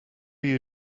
you